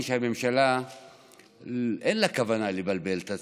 שלממשלה אין כוונה לבלבל את הציבור.